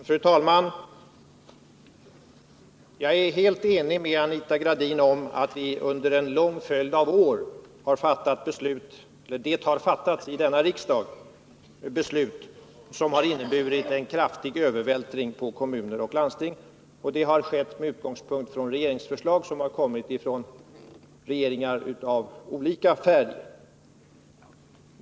Fru talman! Jag är helt ense med Anita Gradin om att det i riksdagen under en lång följd av år har fattats beslut som har inneburit en kraftig övervältring av utgifter på kommuner och landsting. Det har skett med utgångspunkt i regeringsförslag som kommit från regeringar av olika färg.